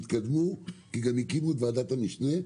כי גם הקימו את ועדת המשנה.